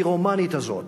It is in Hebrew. הפירומנית הזאת,